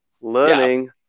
learning